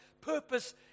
purpose